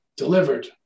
Delivered